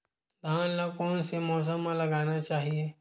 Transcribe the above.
धान ल कोन से मौसम म लगाना चहिए?